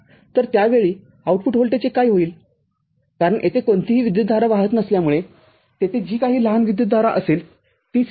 तर त्या वेळी आउटपुट व्होल्टेजचे काय होईल कारण येथे कोणतीही विद्युतधारा वाहत नसल्यामुळे तेथे जी काही लहान विद्युतधारा असेल ती स्वीकारा